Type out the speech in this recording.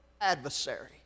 adversary